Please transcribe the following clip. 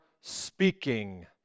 speaking